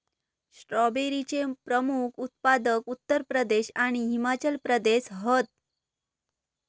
स्ट्रॉबेरीचे प्रमुख उत्पादक उत्तर प्रदेश आणि हिमाचल प्रदेश हत